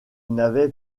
n’avait